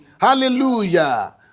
Hallelujah